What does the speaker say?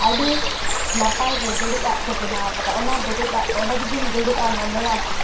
ᱟᱹᱰᱤ ᱱᱟᱯᱟᱭ ᱜᱮ ᱫᱩᱲᱩᱵᱟᱜ ᱠᱚ ᱵᱮᱱᱟᱣ ᱟᱠᱟᱫᱟ ᱚᱱᱟ ᱰᱩᱲᱩᱵᱟᱜ ᱠᱚ ᱚᱸᱰᱮ ᱡᱩᱫᱤᱢ ᱫᱩᱲᱩᱵ ᱟᱢ ᱢᱚᱱᱮᱭᱟᱢ